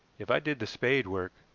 if i did the spade work,